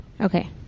Okay